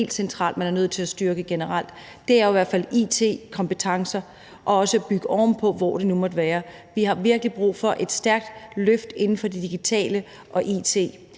man er nødt til at styrke generelt, er it-kompetencer og også at udbygge dem, hvor det nu måtte være. Vi har virkelig brug for et stærkt løft inden for det digitale og it,